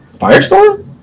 Firestorm